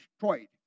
destroyed